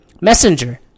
Messenger